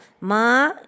Ma